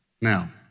Now